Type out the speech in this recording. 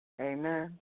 Amen